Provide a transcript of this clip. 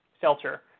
seltzer